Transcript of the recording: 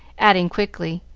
adding quickly,